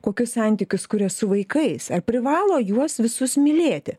kokius santykius kuria su vaikais ar privalo juos visus mylėti